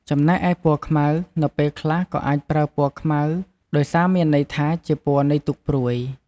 ចំណែកឯពណ៌ខ្មៅ នៅពេលខ្លះក៏អាចប្រើពណ៌ខ្មៅ ដោយសារមានន័យថាជាពណ៌នៃទុក្ខព្រួយ។